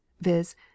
viz